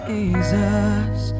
Jesus